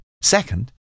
Second